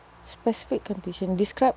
specific condition describe